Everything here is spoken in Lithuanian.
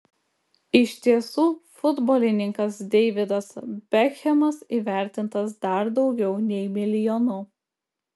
iš tiesų futbolininkas deividas bekhemas įvertintas dar daugiau nei milijonu